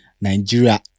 nigeria